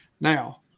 Now